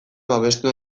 babestu